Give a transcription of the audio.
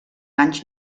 anys